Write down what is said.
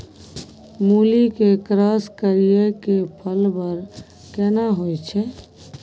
मूली के क्रॉस करिये के फल बर केना होय छै?